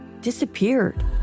disappeared